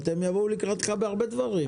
הם יבואו לקראתך בהרבה דברים.